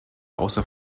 außer